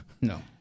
No